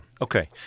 Okay